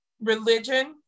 religion